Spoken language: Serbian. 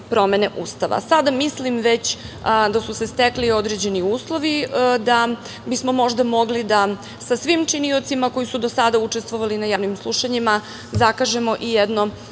promene Ustava. Sada mislim već da su se stekli određeni uslovi da bismo možda mogli da sa svim činiocima koji su do sada učestvovali na javnim slušanjima zakažemo i jedno